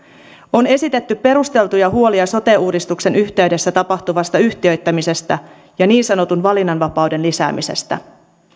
on esitetty perusteltuja huolia sote uudistuksen yhteydessä tapahtuvasta yhtiöittämisestä ja niin sanotun valinnanvapauden lisäämisestä